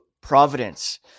Providence